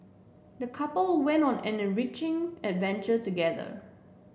the couple went on an enriching adventure together